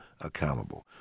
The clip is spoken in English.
accountable